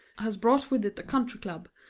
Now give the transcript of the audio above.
has brought with it the country club,